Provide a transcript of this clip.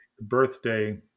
birthday